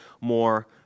more